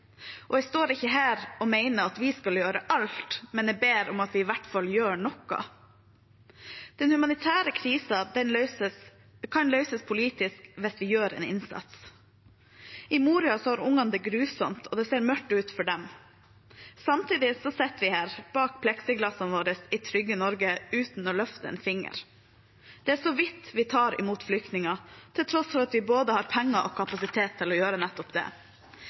Jeg står ikke her og mener at vi skal gjøre alt, men jeg ber om at vi i hvert fall gjør noe. Den humanitære krisen kan løses politisk hvis vi gjør en innsats. I Moria har ungene det grusomt, og det ser mørkt ut for dem. Samtidig sitter vi her bak pleksiglassene våre i trygge Norge uten å løfte en finger. Det er så vidt vi tar imot flyktninger, til tross for at vi både har penger og kapasitet til å gjøre nettopp det.